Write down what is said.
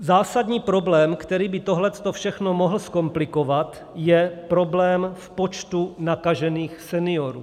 Zásadní problém, který by tohle všechno mohl zkomplikovat, je problém v počtu nakažených seniorů.